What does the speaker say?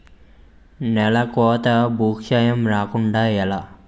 నేలకోత భూక్షయం రాకుండ ఎలా?